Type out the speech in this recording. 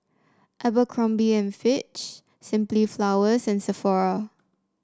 Abercrombie and Fitch Simply Flowers and Sephora